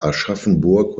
aschaffenburg